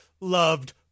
loved